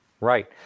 Right